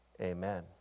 amen